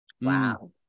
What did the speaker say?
Wow